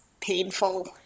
painful